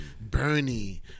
Bernie